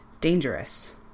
dangerous